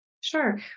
Sure